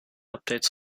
updates